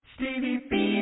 Stevie